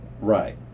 right